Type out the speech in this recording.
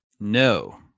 No